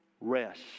rest